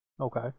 Okay